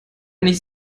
nicht